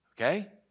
okay